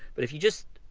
but if you just,